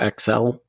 xl